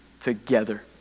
together